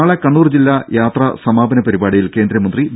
നാളെ കണ്ണൂർ ജില്ലാ യാത്രാ സമാപന പരിപാടിയിൽ കേന്ദ്രമന്ത്രി വി